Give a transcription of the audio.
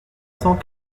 cent